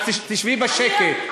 אז תשבי בשקט.